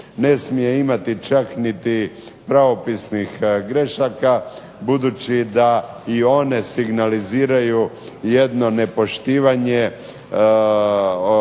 Ne smije imati čak niti pravopisnih grešaka budući da i one signaliziraju jedno nepoštivanje